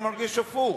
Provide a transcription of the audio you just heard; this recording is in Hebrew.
הוא מרגיש הפוך,